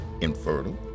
infertile